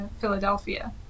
Philadelphia